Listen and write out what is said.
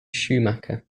schumacher